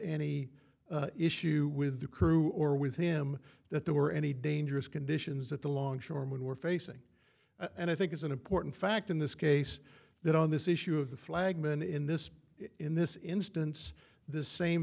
any issue with the crew or with him that there were any dangerous conditions that the longshoreman were facing and i think it's an important fact in this case that on this issue of the flagmen in this in this instance the same